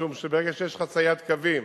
משום שברגע שיש חציית קווים,